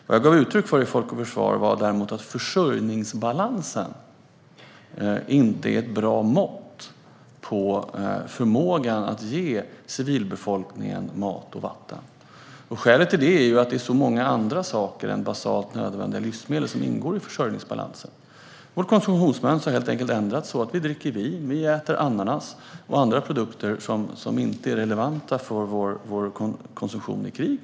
Vad jag gav uttryck för vid Folk och Försvar var att försörjningsbalansen inte är ett bra mått på förmågan att ge civilbefolkningen mat och vatten. Skälet till detta är att det är så många andra saker än basalt nödvändiga livsmedel som ingår i försörjningsbalansen. Vårt konsumtionsmönster har helt enkelt ändrats så att vi dricker vin och äter ananas och andra produkter som inte är relevanta för vår konsumtion vid krig.